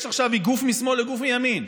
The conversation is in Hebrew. יש עכשיו איגוף משמאל ואיגוף מימין.